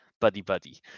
buddy-buddy